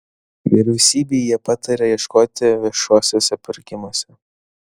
vyriausybei jie pataria ieškoti viešuosiuose pirkimuose